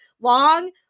long